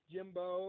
Jimbo